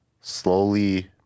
slowly